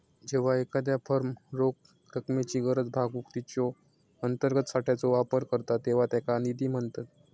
जेव्हा एखादा फर्म रोख रकमेची गरज भागवूक तिच्यो अंतर्गत साठ्याचो वापर करता तेव्हा त्याका निधी म्हणतत